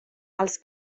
els